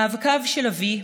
מאבקיו של אבי,